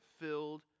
filled